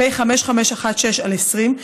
פ/5516/20,